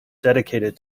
dedicated